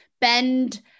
bend